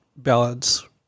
ballads